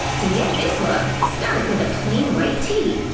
to get this look, start with a plain white tee.